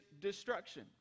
destruction